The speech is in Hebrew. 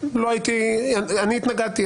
אני התנגדתי.